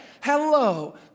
Hello